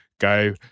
go